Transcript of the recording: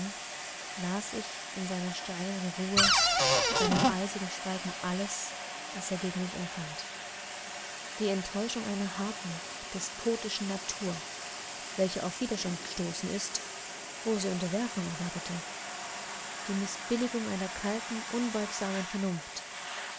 las ich in seiner steinernen ruhe seinem eisigen schweigen alles was er gegen mich empfand die enttäuschung einer harten despotischen natur welche auf widerstand gestoßen ist wo sie unterwerfung erwartete die mißbilligung einer kalten unbeugsamen vernunft